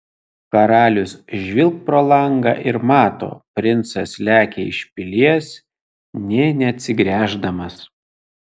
karalius žvilgt pro langą ir mato princas lekia iš pilies nė neatsigręždamas